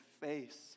face